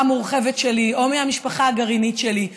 המורחבת שלי או מהמשפחה הגרעינית שלי,